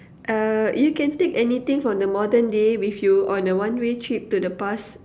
uh you can take anything from the modern day with you on a one way trip to the past